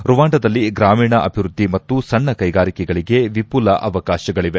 ರುವಾಂಡದಲ್ಲಿ ಗ್ರಾಮೀಣ ಅಭಿವೃದ್ದಿ ಮತ್ತು ಸಣ್ಣ ಕೈಗಾರಿಕೆಗಳಿಗೆ ವಿಘುಲ ಅವಕಾಶಗಳವೆ